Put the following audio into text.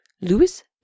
Louis